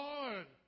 Lord